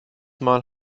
mal